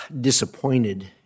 disappointed